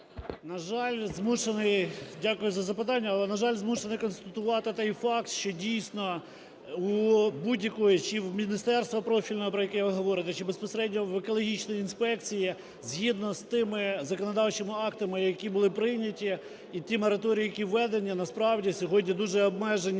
на жаль, змушений констатувати той факт, що, дійсно, у будь-якої… чи у Міністерства профільного, про яке ви говорите, чи безпосередньо в екологічній інспекції, згідно з тими законодавчими актами, які були прийняті, і ті мораторії, які введені, насправді сьогодні дуже обмежені